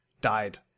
died